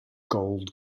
gold